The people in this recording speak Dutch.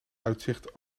uitzicht